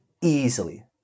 easily